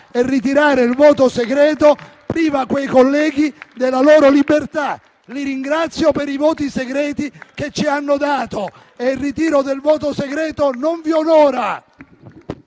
Ritirare il voto segreto priva ora quei colleghi della loro libertà. Li ringrazio per i voti segreti che ci hanno dato; il ritiro del voto segreto non vi onora.